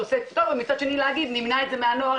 ומצד שני נמנע את זה מהנוער,